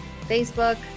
Facebook